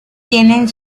tienen